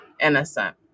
innocent